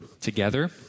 together